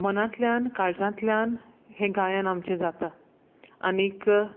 मनांतल्यान काळजांतल्यान हें गायन आमचें जाता आनीक